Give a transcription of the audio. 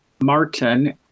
Martin